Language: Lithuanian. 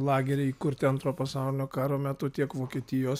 lageriai įkurti antro pasaulinio karo metu tiek vokietijos